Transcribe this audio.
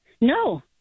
No